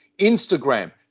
Instagram